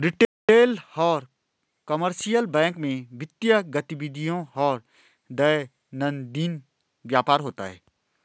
retail और commercial bank में वित्तीय गतिविधियों और दैनंदिन व्यापार होता है